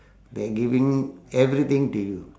they giving everything to you